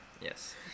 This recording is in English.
Yes